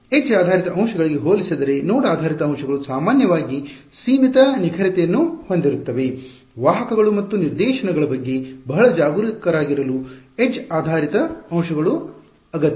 edge ಆಧಾರಿತ ಅಂಶಗಳಿಗೆ ಹೋಲಿಸಿದರೆ ನೋಡ್ ಆಧಾರಿತ ಅಂಶಗಳು ಸಾಮಾನ್ಯವಾಗಿ ಸೀಮಿತ ನಿಖರತೆಯನ್ನು ಹೊಂದಿರುತ್ತವೆ ವಾಹಕಗಳು ಮತ್ತು ನಿರ್ದೇಶನಗಳ ಬಗ್ಗೆ ಬಹಳ ಜಾಗರೂಕರಾಗಿರಲು ಎಡ್ಜ್ ಆಧಾರಿತ ಅಂಶಗಳು ಅಗತ್ಯ